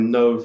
no